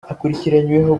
akurikiranyweho